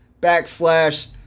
backslash